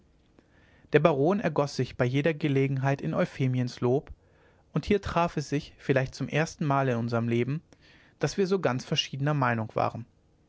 der baron ergoß sich bei jeder gelegenheit in euphemiens lob und hier traf es sich vielleicht zum erstenmal in unserm leben daß wir so ganz verschiedener meinung waren